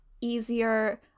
easier